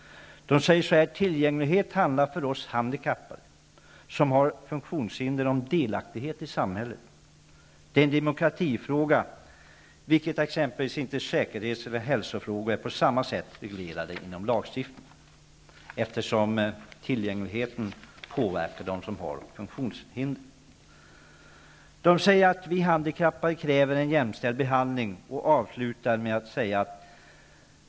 I skrivelsen sägs: Tillgänglighet handlar för oss handikappade som har funktionshinder om delaktighet i samhället. Det är en demokratifråga. Den är inte som exempelvis säkerhets eller hälsofrågor på samma sätt reglerad i lagstiftning. Frågan om tillgänglighet påverkar specifikt dem som har funktionshinder. Vidare sägs: Vi handikappade kräver en jämställd behandling.